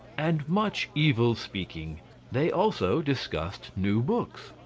and much evil speaking they also discussed new books.